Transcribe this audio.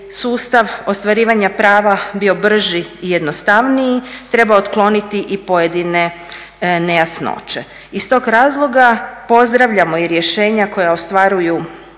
sustav ostvarivanja prava bio brži i jednostavniji treba otkloniti i pojedine nejasnoće. Iz tog razloga pozdravljao i rješenja koja omogućavaju